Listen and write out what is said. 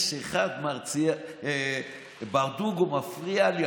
יש אחד, ברדוגו, שמפריע לי.